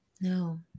No